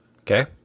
Okay